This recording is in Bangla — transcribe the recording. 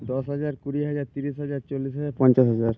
দশ হাজার কুড়ি হাজার তিরিশ হাজার চল্লিশ হাজার পঞ্চাশ হাজার